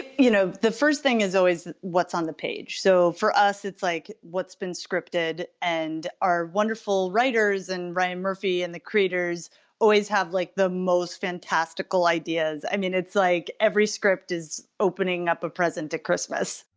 you know, the first thing is always what's on the page. so for us it's like what's been scripted and our wonderful writers and ryan murphy and the creators always have like the most fantastical ideas i mean, it's like every script is opening up a present at christmas.